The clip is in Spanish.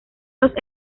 los